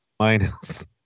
Minus